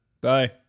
Bye